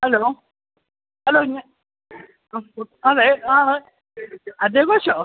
hello hello അതെ ആണ് അജയ് ഗോഷോ